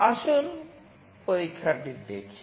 আসুন পরীক্ষাটি দেখি